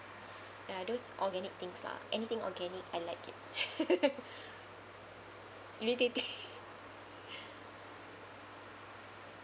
ya those organic things lah anything organic I like it irritating